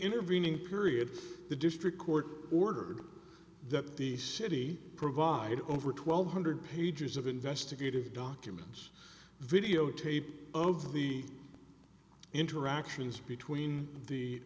intervening period the district court ordered that the city provide over twelve hundred pages of investigative documents videotape of the interactions between the